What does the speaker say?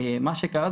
מה שקרה,